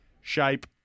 shape